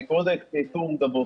אני קורא לזה פורום דאבוס.